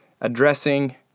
addressing